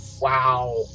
Wow